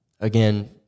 Again